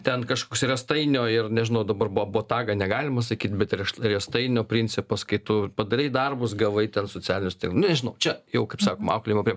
ten kažkoks riestainio ir nežinau dabar bo botagą negalima sakyt bet rieš riestainio principas kai tu padarei darbus gavai ten socialinius ten nu nežinau čia jau kaip sakoma auklėjimo priemonė